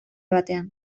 batean